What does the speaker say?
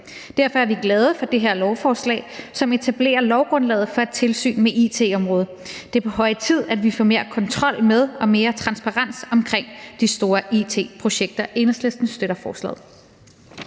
Derfor er vi glade for det her lovforslag, som vil etablere lovgrundlaget for et tilsyn med it-området. Det er på høje tid, at vi får mere kontrol med og mere transparens omkring de store it-projekter. Enhedslisten støtter forslaget.